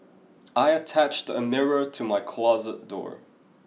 I attached a mirror to my closet door